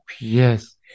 Yes